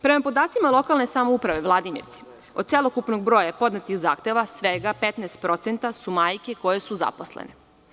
Prema podacima lokalne samouprave Vladimirci, od celokupnog broja podnetih zahteva, svega 15% su majke koje su zaposlene.